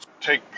take